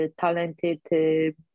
talented